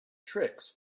tricks